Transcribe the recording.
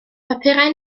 papurau